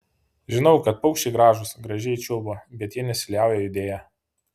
žinau kad paukščiai gražūs gražiai čiulba bet jie nesiliauja judėję